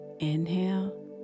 Inhale